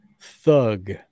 thug